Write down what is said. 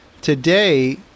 Today